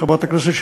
חברת הכנסת,